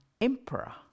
emperor